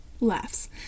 Laughs